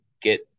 get